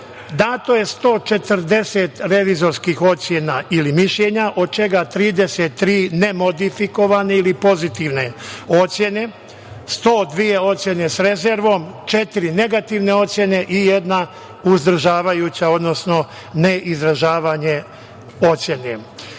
Dato je 140 revizorskih ocena ili mišljenja, od čega 33 nemodifikovane ili pozitivne ocene, 102 ocene sa rezervom, četiri negativne ocene i jedna uzdržavajuća, odnosno ne izražavanje ocene.